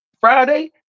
Friday